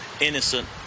innocent